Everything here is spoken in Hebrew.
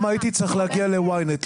למה הייתי צריך להגיע ל-Ynet,